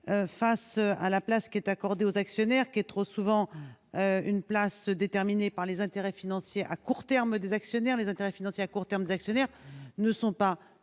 face à la place qui est accordée aux actionnaires qui est trop souvent une place déterminée par les intérêts financiers à court terme des actionnaires, des intérêts financiers à court terme d'actionnaires ne sont pas